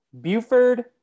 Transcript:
Buford